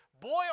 boy